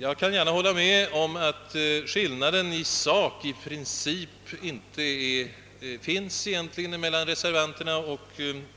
Jag kan hålla med om att det i princip inte föreligger någon skillnad melian